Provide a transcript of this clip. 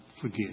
forgive